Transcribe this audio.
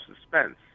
suspense